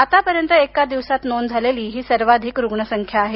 आतापर्यंत एका दिवसात नोंद झालेली ही सर्वाधिक रुग्ण संख्या आहे